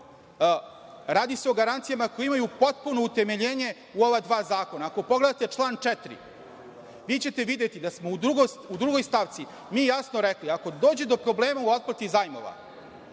Radi se o garancijama koje imaju potpuno utemeljenje u oba zakona. Ako pogledate član 4. vi ćete videti da smo u drugoj stavci jasno rekli – ako dođe do problema u otplati zajmova,